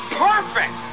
Perfect